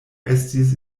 estis